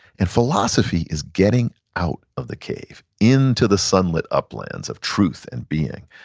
and philosophy is getting out of the cave, into the sunlit uplands of truth and being.